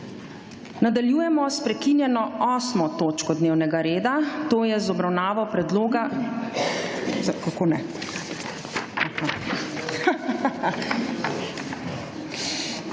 Nadaljujemo s prekinjeno 8. točko dnevnega reda, to je z obravnavoPredloga